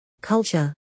culture